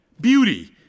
beauty